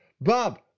Bob